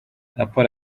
raporo